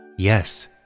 Yes